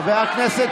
חבר הכנסת